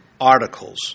articles